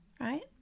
right